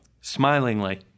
Smilingly